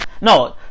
No